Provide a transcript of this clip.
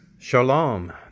Shalom